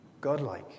God-like